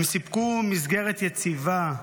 הם סיפקו מסגרת יציבה,